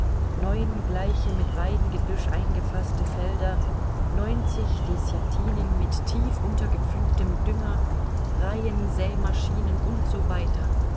neun gleiche mit weidengebüsch eingefaßte felder neunzig deßjatinen mit tief untergepflügtem dünger reihensämaschinen und so weiter